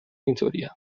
اینطوریم